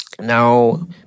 Now